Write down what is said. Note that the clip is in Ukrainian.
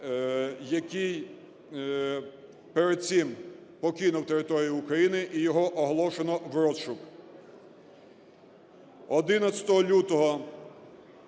який перед цим покинув територію України, і його оголошено в розшук.